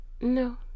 No